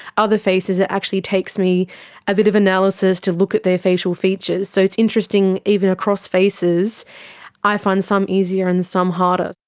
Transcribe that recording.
other faces it actually takes me a bit of analysis to look at their facial features. so it's interesting, even across faces i find some easier and some harder.